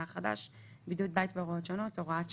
החדש) (בידוד בית והוראות שונות) (הוראת שעה),